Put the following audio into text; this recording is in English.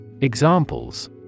Examples